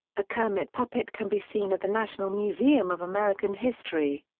a kermit puppet can be seen at the national museum of american history.